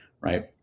Right